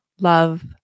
love